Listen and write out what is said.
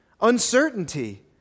Uncertainty